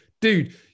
dude